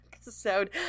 episode